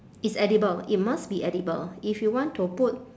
it's edible it must be edible if you want to put